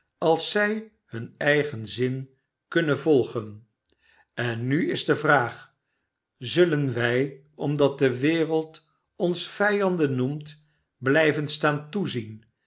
als zij hun eigen zin kunnen volgen en nu is de vraag zulien wij omdat de wereld ons vijanden noemt blijven staan toezien